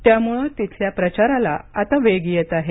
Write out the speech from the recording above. त्यामुळे तिथल्या प्रचाराला आता वेग येत आहे